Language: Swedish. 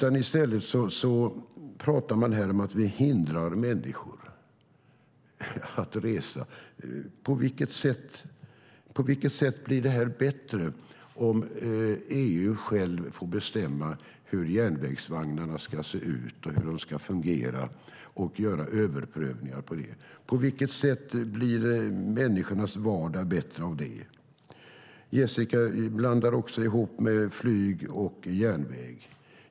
I stället pratar man här om att vi hindrar människor att resa. På vilket sätt blir det bättre om EU får bestämma hur järnvägsvagnarna ska se ut och hur de ska fungera och göra en överprövning på det? På vilket sätt blir människornas vardag bättre av det? Jessica blandar ihop järnväg och flyg.